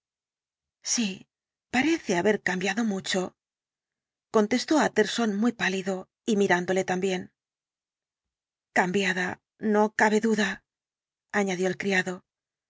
sí parece haber cambiado mucho contestó tjtterson muy pálido y mirándole también cambiada no cabe duda añadió el criado